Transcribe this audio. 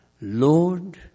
Lord